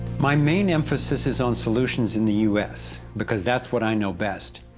my main emphasis is on solutions in the u s. because that's what i know best,